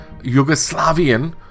Yugoslavian